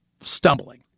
stumbling